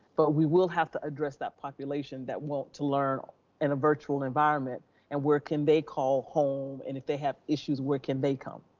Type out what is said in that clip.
but we will have to address that population that want to learn in a virtual environment and where can they call home? and if they have issues, where can they come?